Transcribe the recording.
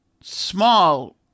small